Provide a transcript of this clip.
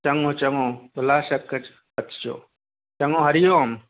चङो चङो बिलाशक अचिजो चङो हरिओम